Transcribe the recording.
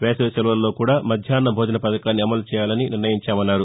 వేసవి సెలవుల్లో కూడా మధ్యాహ్న భోజన పథకాన్ని అమలు చేయాలని నిర్ణయించామన్నారు